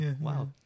Wow